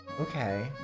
Okay